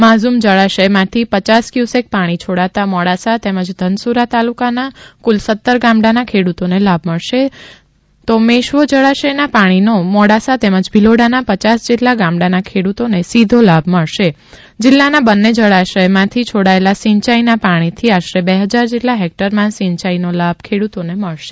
માઝૂમ જળાશયમાંથી પયાસ ક્યુસેક પાણી છોડાતા મોડાસા તેમજ ધનસુરા તાલુકાના કુલ સત્તર ગામડાના ખેડૂતોને લાભ મળશે તો મેશ્વો જળાશયના પાણીનો મોડાસા તેમજ ભિલોડાના પયાસ જેટલા ગામડાના ખેડૂતોને સીધો લાભ થશે જિલ્લાના બન્ને જળાશયમાંથી છોડાયેલા સિંચાઈના પાણીથી આશરે બે હજાર જેટલા હેક્ટરમાં સિંચાઈનો લાભ ખેડૂતોને મળી શકશે